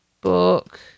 book